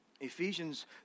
Ephesians